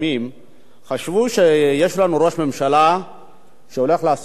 שחשבו שיש לנו ראש ממשלה שהולך לעשות מעשה היסטורי.